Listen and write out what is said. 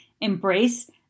embrace